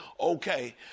okay